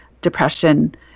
depression